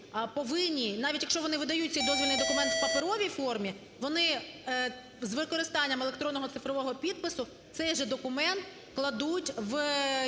навіть якщо вони видають цей дозвільний документ у паперовій формі, вони з використанням електронного цифрового підпису цей же документ кладуть в єдину